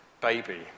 baby